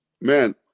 man